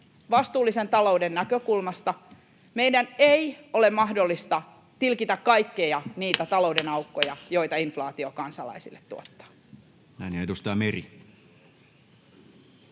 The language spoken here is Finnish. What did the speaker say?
vastuullisen talouden näkökulmasta: meidän ei ole mahdollista tilkitä kaikkia niitä talouden aukkoja, joita inflaatio kansalaisille tuottaa. [Speech